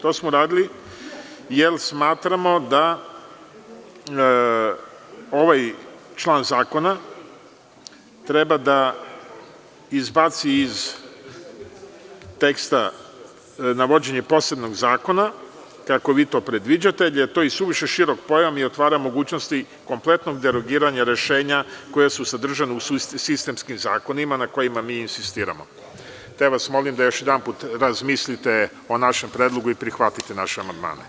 To smo uradili zato što smatramo da ovaj član zakona treba da izbaci iz teksta navođenje posebnog zakona, kako vi to predviđate, jer je to isuviše širok pojam i otvara mogućnosti kompletnog derogiranja rešenja koja su sadržana u sistemskim zakonima, a na kojima mi insistiramo, te vas molim da još jedanput razmislite o našem predlogu i da prihvatite naše amandmane.